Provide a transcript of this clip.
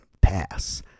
pass